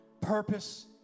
purpose